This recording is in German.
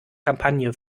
kampagne